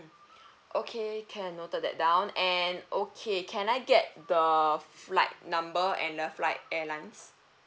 okay can noted that down and okay can I get the flight number and the flight airlines